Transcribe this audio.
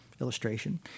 illustration